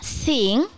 sing